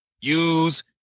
use